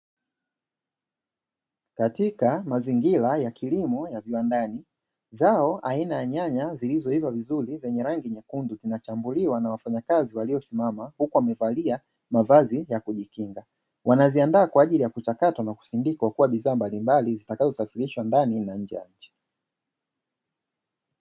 Katika mazingira ya kilimo ya viwandani, zao aina ya nyanya zilizoiva vizuri zenye rangi nyekundu, zinachambuliwa na wafanyakazi waliosimama huku wamevalia mavazi ya kujikinga. Wanaziandaa kwa ajili ya kuchakatwa na kusindikwa kuwa bidhaa mbalimbali, zitakazosafirishwa ndani na nje ya nchi.